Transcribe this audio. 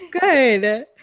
Good